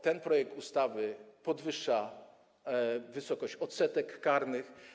Ten projekt ustawy podwyższa wysokość odsetek karnych.